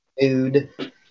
Food